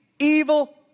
Evil